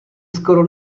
skoro